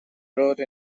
wrote